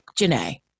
Janae